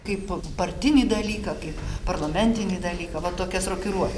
kaip partinį dalyką kaip parlamentinį dalyką va tokias rokiruot